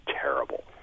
terrible